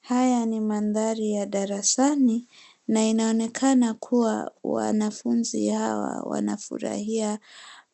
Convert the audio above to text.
Haya ni mandhari ya darasani na inaonekana kuwa wanafunzi hawa wanafurahia